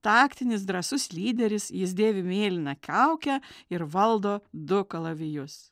taktinis drąsus lyderis jis dėvi mėlyną kaukę ir valdo du kalavijus